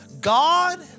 God